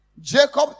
Jacob